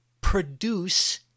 produce